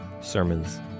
sermons